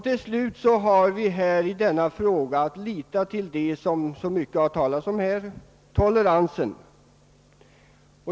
Till slut har vi i denna fråga att lita till vad som så mycket har talats om här — toleransen.